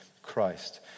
Christ